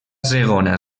segona